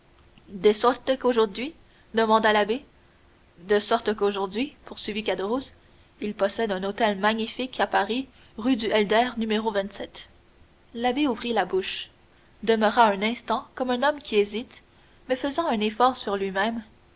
de sorte qu'aujourd'hui demanda l'abbé de sorte qu'aujourd'hui poursuivit caderousse il possède un hôtel magnifique à paris rue du helder no l'abbé ouvrit la bouche demeura un instant comme un homme qui hésite mais faisant un effort sur lui-même